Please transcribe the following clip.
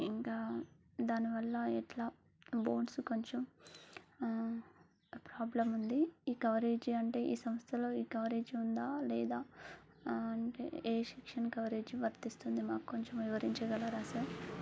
ఇంకా దాని వల్ల ఎట్లా బోన్సు కొంచెం ప్రాబ్లం ఉంది ఈ కవరేజీ అంటే ఈ సంస్థలో ఈ కవరేజీ ఉందా లేదా అంటే ఏ సెక్షన్ కవరేజీ వర్తిస్తుంది మాకు కొంచెం వివరించగలరా సర్